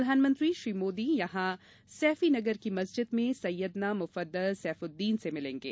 प्रधानमंत्री श्री मोदी यहां सैफ़ी नगर की मस्जिद में सैयदना मुफद्दल सैफुद्दीन से मिलेंगे